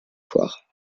foires